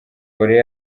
korea